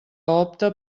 opta